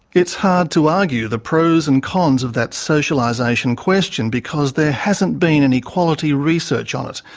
it's hard to argue the pros and cons of that socialisation question, because there hasn't been any quality research on it,